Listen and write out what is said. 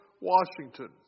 Washington